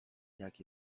jak